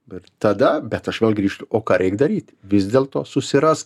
bet tada bet aš vėl grįžtu o ką reik daryti vis dėl to susirask